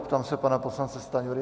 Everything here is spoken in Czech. Ptám se pana poslance Stanjury.